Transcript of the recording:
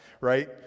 right